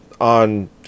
on